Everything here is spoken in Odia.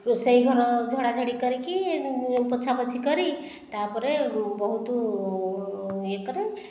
ରୋଷେଇଘର ଝଡ଼ାଝଡ଼ି କରିକି ପୋଛାପୋଛି କରି ତା'ପରେ ବହୁତ ଇଏ କରେ